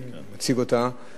אני מציג אותה,